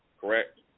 correct